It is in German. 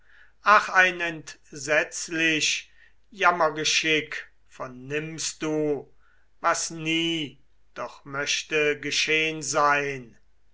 ach ein entsetzlich jammergeschick vernimmst du was nie doch möchte geschehn sein